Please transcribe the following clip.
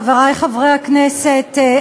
חברי חברי הכנסת,